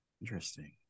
interesting